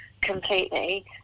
completely